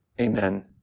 Amen